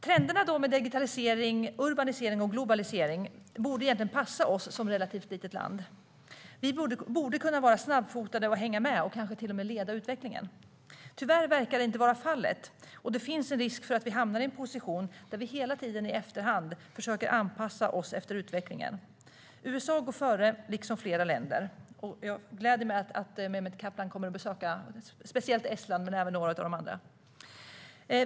Trenderna med digitalisering, urbanisering och globalisering borde egentligen passa oss som relativt litet land. Vi borde kunna vara snabbfotade och hänga med, kanske till och med leda utvecklingen. Tyvärr verkar så inte vara fallet, och det finns en risk för att vi hamnar i en position där vi hela tiden i efterhand försöker anpassa oss efter utvecklingen. USA går före, liksom flera andra länder. Det gläder mig speciellt att Mehmet Kaplan kommer att besöka Estland.